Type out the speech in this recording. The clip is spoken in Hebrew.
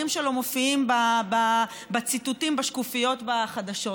שלו מופיעים בציטוטים בשקופיות בחדשות.